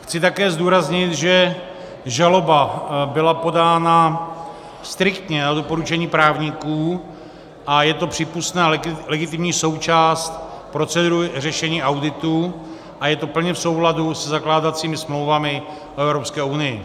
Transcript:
Chci také zdůraznit, že žaloba byla podána striktně na doporučení právníků a je to přípustná legitimní součást procedury řešení auditu a je to plně v souladu se zakládacími smlouvami o Evropské unii.